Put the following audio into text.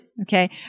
Okay